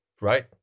right